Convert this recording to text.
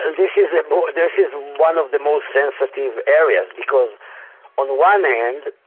so this is you know this is one of the most sensitive areas because on one hand,